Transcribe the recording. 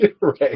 Right